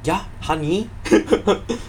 ya honey